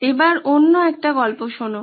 এবার অন্য একটা গল্প শোনো